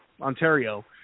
Ontario